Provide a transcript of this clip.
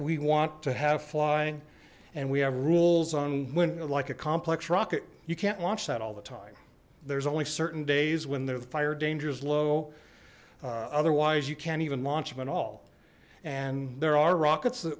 we want to have flying and we have rules on when like a complex rocket you can't launch that all the time there's only certain days when their fire danger is low otherwise you can't even launch them at all and there are rockets